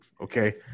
Okay